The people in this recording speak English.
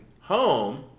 Home